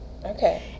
okay